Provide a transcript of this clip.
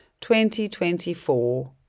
2024